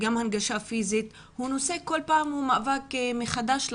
הנושא הזה עולה כל פעם מחדש ויש מאבק,